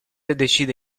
decide